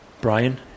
Brian